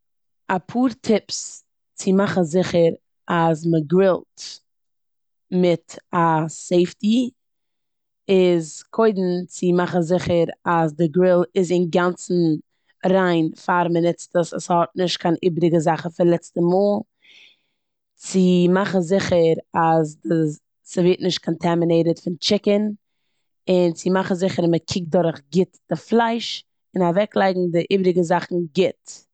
אפאר טיפס צו מאכן זיכער אז מ'גרילט מיט א סעיפטי איז קודם צו מאכן זיכער אז די גריל איז אינגאנצן ריין פאר מ'נוצט עס אן ס'האט נישט קיין איבעריגע זאכן פון לעצטע מאל. צו מאכן זיכער אז די- ס'ווערט נישט קאנטעמינעיטעד פון טשיקען און צו מאכן זיכער אז מ'קוקט דורך גוט די פלייש און אוועקלייגן די איבעריגע זאכן גוט.